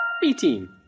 B-team